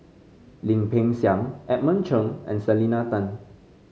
Lim Peng Siang Edmund Chen and Selena Tan